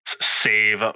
save